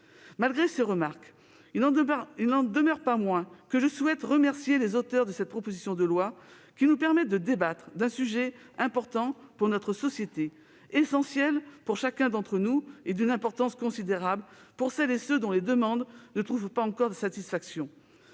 Malgré ces remarques, je remercie les auteurs de cette proposition de loi, qui nous permettent de débattre d'un sujet important pour notre société, essentiel pour chacun d'entre nous, et d'une importance considérable pour celles et ceux dont les demandes ne trouvent pas encore satisfaction.